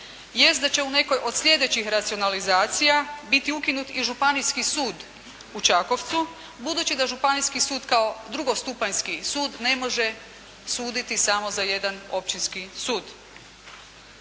jest da će u nekoj od sljedećih racionalizacija biti ukinut i Županijski sud u Čakovcu, budući da Županijski sud kao drugostupanjski sud ne može suditi samo za jedan općinski sud.